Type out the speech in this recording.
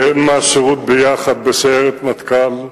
והן מהשירות ביחד בסיירת מטכ"ל.